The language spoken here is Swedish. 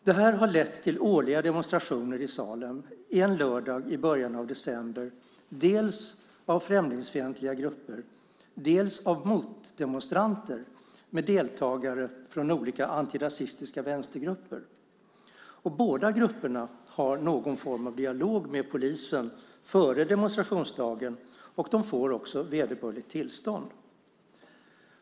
Det har lett till årliga demonstrationer i Salem en lördag i början av december dels av främlingsfientliga grupper, dels av motdemonstranter med deltagare från olika antirasistiska vänstergrupper. Båda grupperna har någon form av dialog med polisen före demonstrationsdagen. De får också vederbörligt tillstånd.